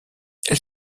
elle